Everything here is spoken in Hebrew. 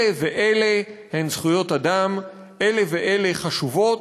אלה ואלה הן זכויות אדם, אלה ואלה חשובות,